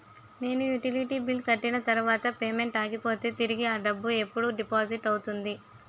నేను utility bill కట్టిన తర్వాత పేమెంట్ ఆగిపోతే తిరిగి అ డబ్బు ఎప్పుడు డిపాజిట్ అవుతుంది?